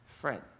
friend